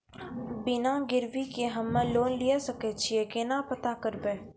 बिना गिरवी के हम्मय लोन लिये सके छियै केना पता करबै?